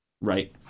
Right